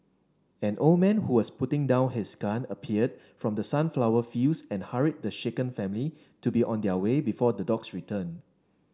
an old man who was putting down his gun appeared from the sunflower fields and hurried the shaken family to be on their way before the dogs return